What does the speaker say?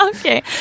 Okay